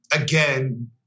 again